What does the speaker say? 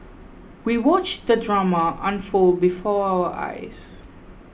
we watched the drama unfold before our eyes